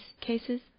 cases